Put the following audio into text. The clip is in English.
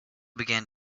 began